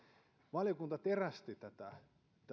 valiokunta terästi